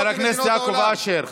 חבר הכנסת יעקב אשר.